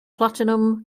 platinum